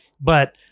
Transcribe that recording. But-